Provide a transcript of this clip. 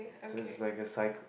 so it's like a cycl~